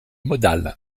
modale